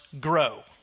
grow